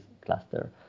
cluster